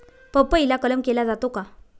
पपईला कलम केला जातो का?